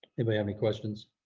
anybody have any questions?